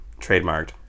trademarked